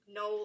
no